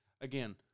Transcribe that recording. again